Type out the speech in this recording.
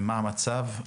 מה המצב?